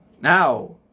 Now